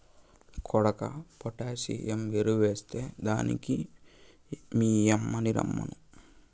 కొడుకా పొటాసియం ఎరువెస్తే దానికి మీ యమ్మిని రమ్మను